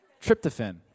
tryptophan